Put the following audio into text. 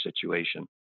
situation